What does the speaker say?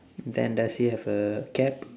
then does he have a cap